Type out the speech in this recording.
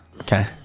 Okay